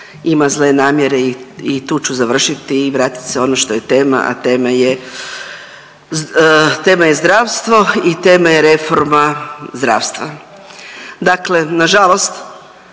ima zle namjere i tu ću završiti i vratit se ono što je tema, a tema je zdravstvo i tema je reforma zdravstva. Dakle, nažalost